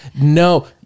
no